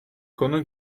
konu